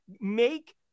make